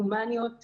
הומניות,